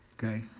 okay,